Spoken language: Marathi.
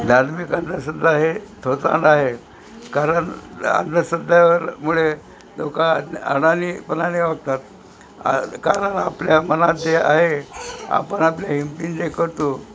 धार्मिक अंधश्रद्धा हे थोतांड आहे कारण अंधश्रद्धामुळे लोक आडाणीपणाने वागतात कारण आपल्या मनात जे आहे आपण आपल्या हिंमतीनं जे करतो